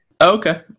Okay